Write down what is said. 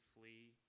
flee